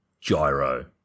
Gyro